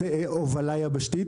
הובלה יבשתית